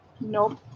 Nope